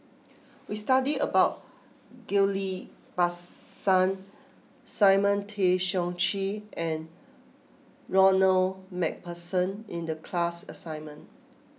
we studied about Ghillie Basan Simon Tay Seong Chee and Ronald MacPherson in the class assignment